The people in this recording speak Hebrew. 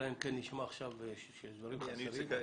אלא אם כן נשמע עכשיו שיש דברים חדשים.